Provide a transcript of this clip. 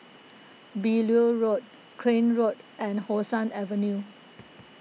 Beaulieu Road Crane Road and How Sun Avenue